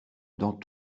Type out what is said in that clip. dans